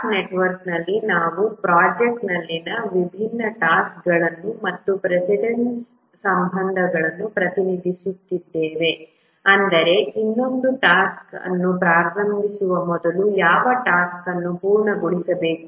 task ನೆಟ್ವರ್ಕ್ನಲ್ಲಿ ನಾವು ಪ್ರೊಜೆಕ್ಟ್ನಲ್ಲಿನ ವಿಭಿನ್ನ ಟಾಸ್ಕ್ಗಳನ್ನು ಮತ್ತು ಪ್ರೆಸಿಡೆನ್ಸ್ ಸಂಬಂಧಗಳನ್ನು ಪ್ರತಿನಿಧಿಸುತ್ತೇವೆ ಅಂದರೆ ಇನ್ನೊಂದು ಟಾಸ್ಕ್ ಅನ್ನು ಪ್ರಾರಂಭಿಸುವ ಮೊದಲು ಯಾವ ಟಾಸ್ಕ್ ಅನ್ನು ಪೂರ್ಣಗೊಳಿಸಬೇಕು